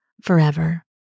forever